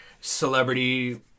celebrity